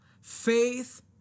Faith